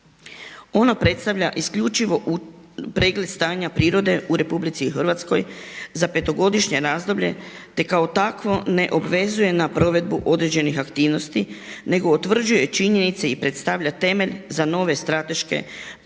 Ona predstavlja isključivo pregled stanja prirode u RH za 5-godišnje razdoblje te kao takvo ne obvezuje na provedbu određenih aktivnosti nego utvrđuje činjenice i predstavlja temelj za nove strateške usmjerene